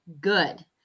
good